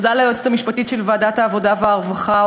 תודה ליועצת המשפטית של ועדת העבודה והרווחה,